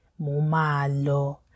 Mumalo